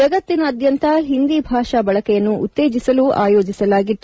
ಜಗತ್ತಿನಾದ್ಯಂತ ಹಿಂದಿ ಭಾಷಾ ಬಳಕೆಯನ್ನು ಉತ್ತೇಜಿಸಲು ಆಯೋಜಿಸಲಾಗಿತ್ತು